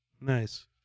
Nice